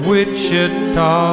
Wichita